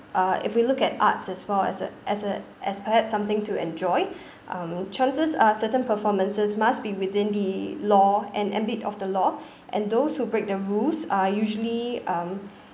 uh if we look at arts as well as a as a as perhaps something to enjoy um chances are certain performances must be within the law and ambit of the law and those who break the rules are usually um